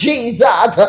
Jesus